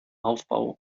aufbau